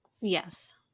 Yes